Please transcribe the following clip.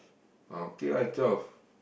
okay lah twelve